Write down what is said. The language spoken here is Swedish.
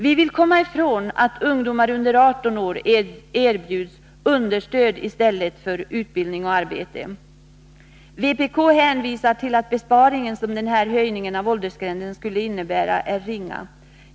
Vi vill komma ifrån att ungdomar under 18 år erbjuds understöd i stället för utbildning eller arbete. Vpk hänvisar till att den besparing som höjningen av åldersgränsen skulle innebära är ringa.